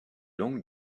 langues